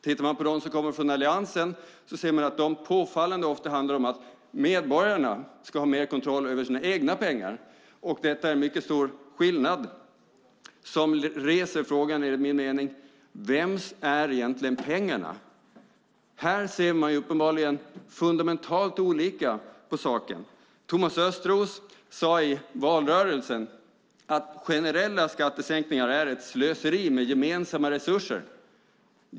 Tittar man på de motioner som kommer från Alliansen ser man att de påfallande ofta handlar om att medborgarna ska ha mer kontroll över sina egna pengar. Detta är en mycket stor skillnad som enligt min mening reser frågan: Vems är egentligen pengarna? Här ser man uppenbarligen fundamentalt olika på saken. Thomas Östros sade i valrörelsen att generella skattesänkningar är ett slöseri med gemensamma resurser.